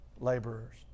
laborers